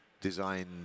design